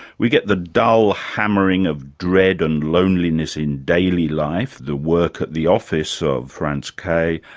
we get the dull hammering of dread and loneliness in daily life, the work at the office of franz k,